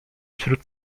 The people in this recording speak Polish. wśród